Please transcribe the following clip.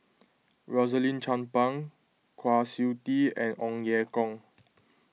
Rosaline Chan Pang Kwa Siew Tee and Ong Ye Kung